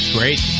Great